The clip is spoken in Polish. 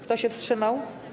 Kto się wstrzymał?